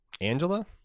angela